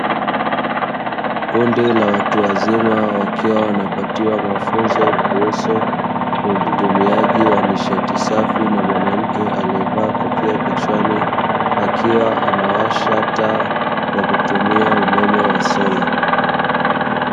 Kundi ka watu wazima, wakiwa wanapatiwa mafunzo kuhusu utumiaji wa nishati safi na mwanamke aliyevaa kofia kichwani, akiwa anawasha taa kwa kutumia umeme wa sola.